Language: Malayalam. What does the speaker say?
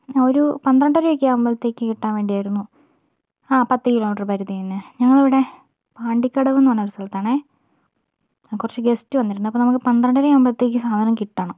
ഒരു പന്ത്രണ്ടരയൊക്കെ ആവുമ്പോഴത്തേക്ക് കിട്ടാൻ വേണ്ടിയായിരുന്നു ആ പത്ത് കിലോമീറ്റർ പരിധി തന്നെ ഞങ്ങളിവിടെ പാണ്ടിക്കടവെന്ന് പറഞ്ഞൊരു സ്ഥലത്താണ് കുറച്ച് ഗസ്റ്റ് വന്നിട്ടുണ്ട് അപ്പം നമ്മൾക്ക് പന്ത്രണ്ടര ആവുമ്പോഴത്തേക്ക് സാധനം കിട്ടണം